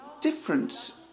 different